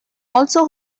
also